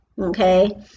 okay